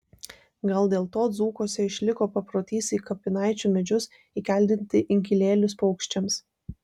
gal dėl to dzūkuose išliko paprotys į kapinaičių medžius įkeldinti inkilėlius paukščiams